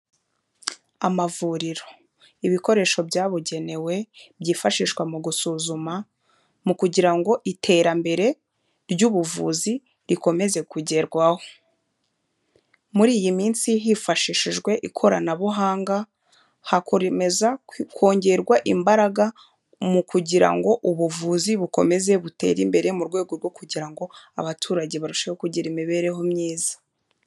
Amavuriro. Ibikoresho byabugenewe byifashishwa mu gusuzuma mu kugira ngo iterambere ry'ubuvuzi rikomeze kugerwaho. Muri iyi minsi hifashishijwe ikoranabuhanga hakomeza kongerwa imbaraga mu kugira ngo ubuvuzi bukomeze butere imbere mu rwego rwo kugira ngo abaturage barusheho kugira imibereho myiza.